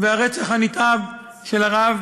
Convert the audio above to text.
והרצח הנתעב של הרב